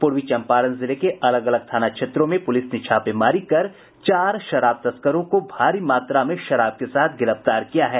पूर्वी चंपारण जिले के अलग अलग थाना क्षेत्रों में पुलिस ने छापेमारी कर चार शराब तस्करों को भारी मात्रा में देशी विदेशी शराब के साथ गिरफ्तार किया है